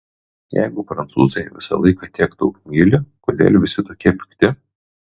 jeigu prancūzai visą laiką tiek daug myli kodėl visi tokie pikti